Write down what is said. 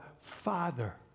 Father